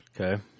Okay